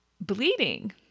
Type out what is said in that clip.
bleeding